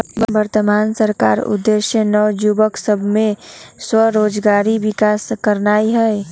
वर्तमान सरकार के उद्देश्य नओ जुबक सभ में स्वरोजगारी के विकास करनाई हई